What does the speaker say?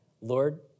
Lord